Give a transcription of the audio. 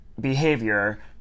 behavior